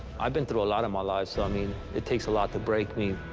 i've been through a lot in my life so i mean it takes a lot to break me.